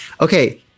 okay